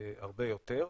הרבה יותר.